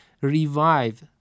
revive